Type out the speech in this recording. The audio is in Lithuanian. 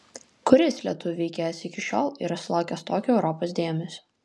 kuris lietuvių veikėjas iki šiol yra sulaukęs tokio europos dėmesio